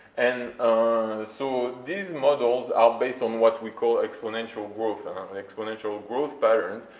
and so these models are based on what we call exponential growth, and um and exponential growth patterns,